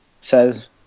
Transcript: Says